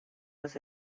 was